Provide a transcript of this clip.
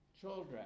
children